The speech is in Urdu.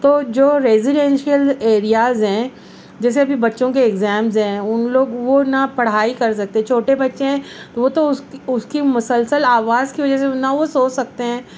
تو جو ریزیڈنشئل ایریاز ہیں جیسے ابھی بچوں کے ایگزامز ہیں ان لوگ وہ نہ پڑھائی کر سکتے ہیں چھوٹے بچے ہیں تو وہ تو اس کی مسلسل آواز کی وجہ سے نہ وہ سو سکتے ہیں